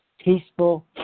peaceful